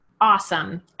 Awesome